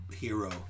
hero